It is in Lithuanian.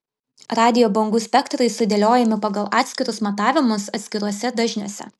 radijo bangų spektrai sudėliojami pagal atskirus matavimus atskiruose dažniuose